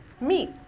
meet